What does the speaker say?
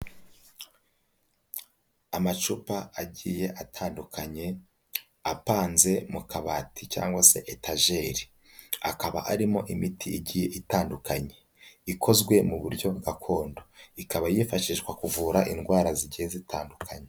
Amacupa agiye atandukanye, apanze mu kabati cyangwa se etajeri, akaba arimo imiti igiye itandukanye, ikozwe mu buryo gakondo, ikaba yifashishwa mu kuvura indwara zigiye zitandukanye.